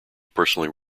personally